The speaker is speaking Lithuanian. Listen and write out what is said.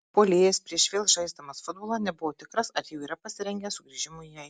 puolėjas prieš vėl žaisdamas futbolą nebuvo tikras ar jau yra pasirengęs sugrįžimui į aikštę